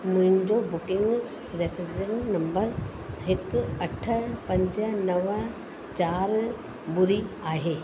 मुंहिंजो booking reference number हिकु अठ पंज नव चारि ॿुड़ी आहे